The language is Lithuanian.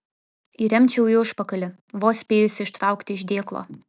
įremčiau į užpakalį vos spėjusi ištraukti iš dėklo